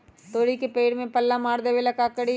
तोड़ी के पेड़ में पल्ला मार देबे ले का करी?